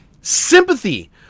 sympathy